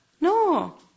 No